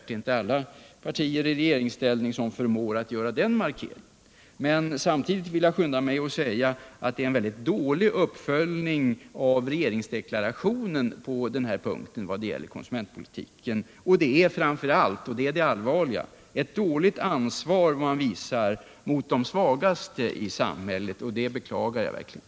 Det är inte alla partier i regeringsställning som förmår göra den markeringen. Men samtidigt vill jag skynda mig att säga att det är en mycket dålig uppföljning av regeringsdeklarationen vad det gäller konsumentpolitiken. Det är framför allt — och det är det allvarliga — ett dåligt ansvar man visar mot de svagaste i samhället, och det beklagar jag verkligen.